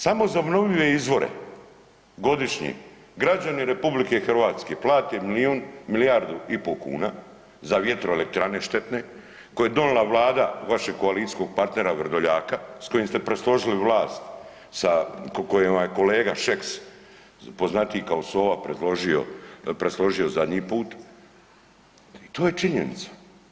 Samo za obnovljive izvore godišnje građani RH plate milijun i pol kuna za vjetroelektrane štetne koje je donijela vlada vašeg koalicijskog partnera Vrdoljaka s kojim ste presložili vlast, sa koliko je i onaj kolega Šeks, poznatiji kao sova, presložio zadnji put i to je činjenica.